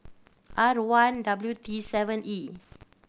R one W T seven E